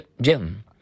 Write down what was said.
Jim